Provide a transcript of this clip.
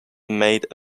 made